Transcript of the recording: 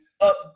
up